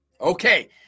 Okay